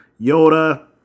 Yoda